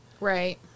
Right